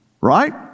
Right